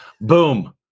boom